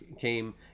came